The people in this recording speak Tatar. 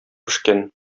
пешкән